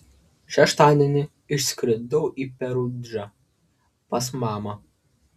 šeštadienį išskridau į perudžą pas mamą